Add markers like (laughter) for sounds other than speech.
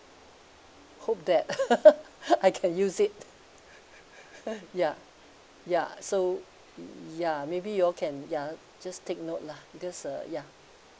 hope that (laughs) I can use it ya ya so ya maybe you all can ya just take note lah because uh ya